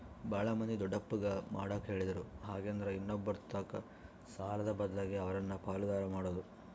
ಬಾಳ ಮಂದಿ ದೊಡ್ಡಪ್ಪಗ ಮಾಡಕ ಹೇಳಿದ್ರು ಹಾಗೆಂದ್ರ ಇನ್ನೊಬ್ಬರತಕ ಸಾಲದ ಬದ್ಲಗೆ ಅವರನ್ನ ಪಾಲುದಾರ ಮಾಡೊದು